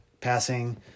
passing